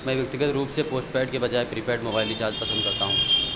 मैं व्यक्तिगत रूप से पोस्टपेड के बजाय प्रीपेड मोबाइल रिचार्ज पसंद करता हूं